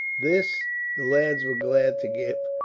this the lads were glad to give,